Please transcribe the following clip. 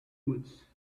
woods